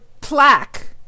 plaque